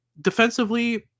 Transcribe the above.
Defensively